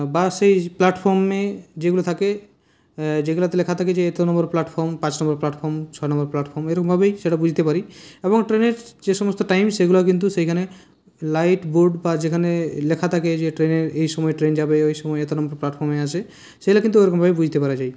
বাসে প্ল্যাটফর্মে যেগুলো থাকে যেগুলোতে লেখা থাকে যে এত নম্বর প্ল্যাটফর্ম পাঁচ নম্বর প্ল্যাটফর্ম ছয় নম্বর প্ল্যাটফর্ম এরমভাবেই সেটা বুঝতে পারি এবং ট্রেনের যে সমস্ত টাইম সেগুলো কিন্তু সেইখানে লাইটবোর্ড বা যেখানে লেখা থাকে যে ট্রেনের এই সময়ে ট্রেন যাবে এই সময়ে এত নম্বর প্ল্যাটফর্মে আসে সেগুলো কিন্তু ওরকমভাবে বুঝতে পারা যায়